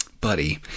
buddy